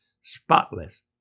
spotless